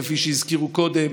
כפי שהזכירו קודם: